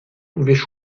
pouvaient